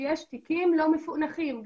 שיש תיקים לא מפוענחים.